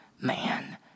man